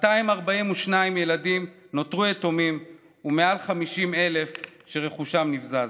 242 ילדים נותרו יתומים ורכושם של מעל 50,000 נבזז.